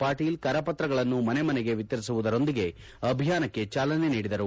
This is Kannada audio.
ಪಾಟೀಲ್ ಕರ ಪತ್ರಗಳನ್ನು ಮನೆ ಮನೆಗೆ ವಿತರಿಸುವುದರೊಂದಿಗೆ ಅಭಿಯಾನಕ್ಕೆ ಚಾಲನೆ ನೀಡಿದರು